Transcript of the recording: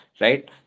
right